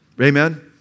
Amen